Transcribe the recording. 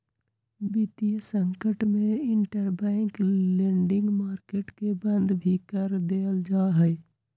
वितीय संकट में इंटरबैंक लेंडिंग मार्केट के बंद भी कर देयल जा हई